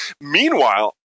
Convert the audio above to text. Meanwhile